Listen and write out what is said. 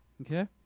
Okay